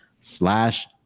slash